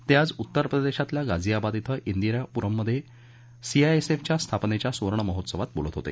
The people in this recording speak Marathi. ते आज उत्तरप्रदेशातल्या गाझीयाबाद इथं इंदिरापुरममध्ये सीआयएसएफच्या स्थापनेच्या सुवर्ण महोत्सवात ते बोलत होते